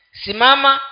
simama